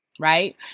right